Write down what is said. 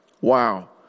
Wow